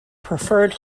preferred